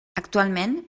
actualment